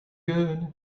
good